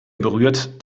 berührt